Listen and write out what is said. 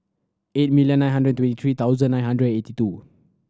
eight million nine hundred twenty three thousand nine hundred eighty two